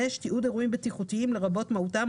תיעוד אירועים בטיחותיים לרבות מהותם,